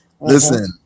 Listen